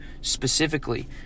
specifically